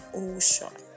ocean